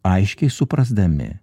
aiškiai suprasdami